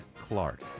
Clark